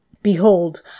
Behold